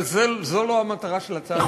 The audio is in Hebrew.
אבל זו לא המטרה של הצעה לסדר-היום.